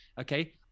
Okay